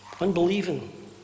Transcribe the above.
Unbelieving